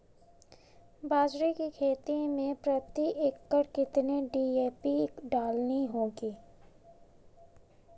बाजरे की खेती में प्रति एकड़ कितनी डी.ए.पी डालनी होगी?